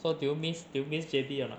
so do you miss do you miss J_B or not